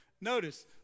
Notice